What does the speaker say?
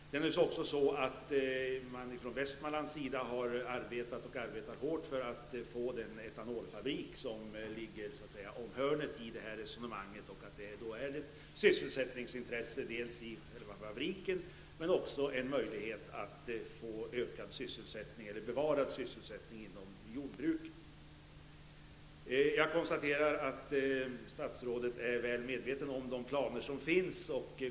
Det är naturligtvis också så att man från Västmanslands sida har arbetat och arbetar hårt för att få den etanolfabrik som så att säga ligger om hörnet i det här resonemanget. Dels är själva fabriken ett sysselsättningsintresse, dels innebär den en möjlighet att bevara sysselsättningen inom jordbruket. Jag konstaterar att statsrådet är väl medveten om de planer som finns.